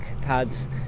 pads